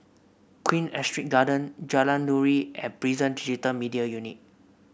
Queen Astrid Garden Jalan Nuri and Prison Digital Media Unit